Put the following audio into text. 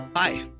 Hi